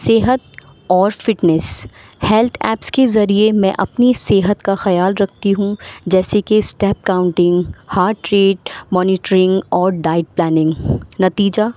صحت اور fitness health apps کے ذریعے میں اپنی صحت کا خیال رکھتی ہوں جیسے کہ step counting heart rate monitoring اور ڈائٹ پلاننگ نتیجہ